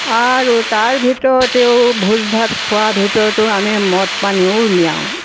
আৰু তাৰ ভিতৰতেও ভোজ ভাত খোৱাৰ ভিতৰতো আমি মদ পানীও উলিয়াওঁ